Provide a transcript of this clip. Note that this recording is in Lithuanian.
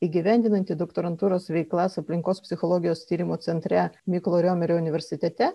įgyvendinanti doktorantūros veiklas aplinkos psichologijos tyrimo centre mykolo riomerio universitete